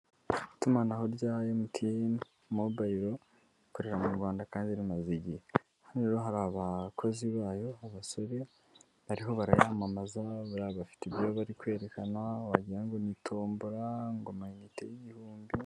Itumanaho rya MTN mobayiro rikorera mu Rwanda kandi rimaze igihe, hano rero hari abakozi bayo abasore bariho baramamaza, bafite ibyo bari kwerekana wagira ngo ni tombora, ngo amayinite y'igihumbi.